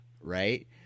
right